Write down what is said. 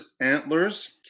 Antlers